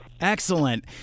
Excellent